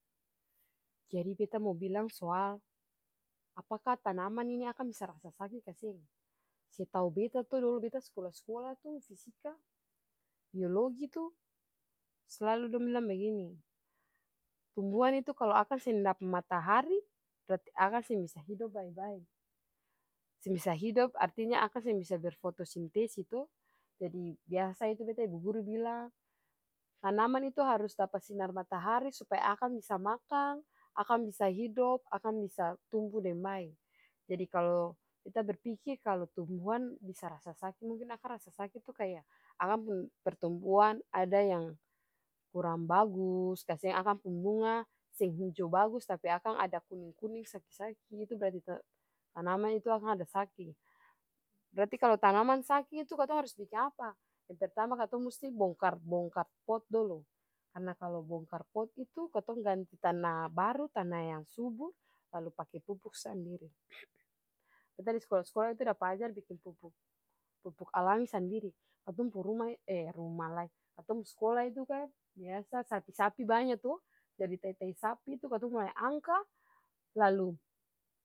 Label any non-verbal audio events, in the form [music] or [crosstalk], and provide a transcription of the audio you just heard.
Jadi beta mo bilang soal, apakah tanaman ini akang bisa rasa saki kaseng, setau beta tuh beta dolo-dolo skola tuh fisika, biologi tuh selalu dong bilang bagini tumbuhan itu kalu akang seng dapa matahari berarti akang seng bisa hidop bae-bae, seng bisa hidop artinya akang seng bisa berfotosintesis toh jadi biasa itu beta ibu guru tanaman itu harus dapa sinar matahari supaya akang bisa makang, akang bisa hidop akang bisa tumbnu deng bae. Jadi kalu beta berpikir kalu tumbuhan bisa rasa saki mungkin akang rasa saki tuh kaya akang pung pertumbuhan ada yang kurang bagus kaseng akang pung bunga seng hijau bagus akang ada kuning-kuning saki-saki itu bererti ta-tanaman itu akang ada saki, berarti kalu tanaman saki itu katong harus biking apa, yang pertama katong musti bongkar-bongkar pot dolo karna kalu bongkar pot itu katong ganti tana baru tana yang subur lalu pake pupuk sandiri [noise] beta di skola-skola itu dapa ajar biking pupuk alami sandiri katong pung rumah [hesitation] rumah lai katong pung skola itukan biasa sapi sapi banya to jadi tai-tai sapi itu katong mulai angka lalu.